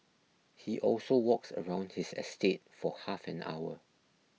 he also walks around his estate for half an hour